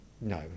no